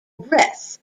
breath